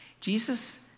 Jesus